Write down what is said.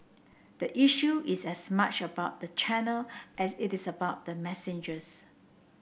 the issue is as much about the channel as it is about the messenger